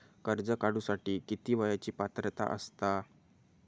कर्ज काढूसाठी किती वयाची पात्रता असता?